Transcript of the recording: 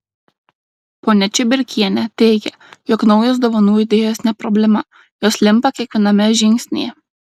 ponia čiuberkienė teigia jog naujos dovanų idėjos ne problema jos limpa kiekviename žingsnyje